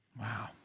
Wow